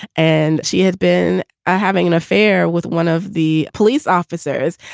and she had been having an affair with one of the police officers.